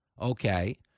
okay